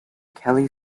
kelly